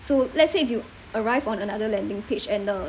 so let's say if you arrive on another landing page and uh